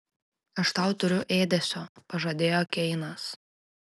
aš tau turiu ėdesio pažadėjo keinas